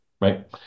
right